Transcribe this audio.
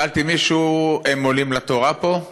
שאלתי מישהו: הם עולים לתורה פה?